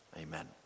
Amen